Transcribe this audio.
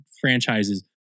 franchises